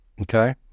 okay